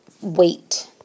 weight